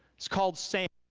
it's called sam.